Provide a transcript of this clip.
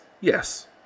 Yes